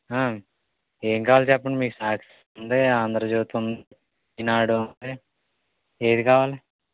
ఏం కావాలి చెప్పండి మీకు సాక్షి ఉంది ఆంధ్రజ్యోతి ఉంది ఈనాడు ఉంది ఏది కావాలి